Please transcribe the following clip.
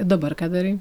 dabar ką darai